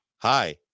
Hi